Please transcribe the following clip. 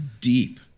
deep